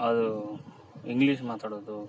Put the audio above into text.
ಅದು ಇಂಗ್ಲೀಷ್ ಮಾತಾಡೋದು